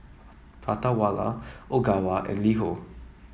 Prata Wala Ogawa and LiHo